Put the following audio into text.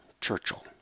Churchill